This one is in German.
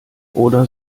oder